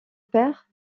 père